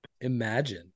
Imagine